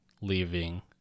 leaving